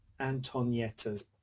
antonietta's